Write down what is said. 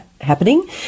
Happening